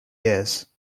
years